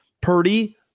Purdy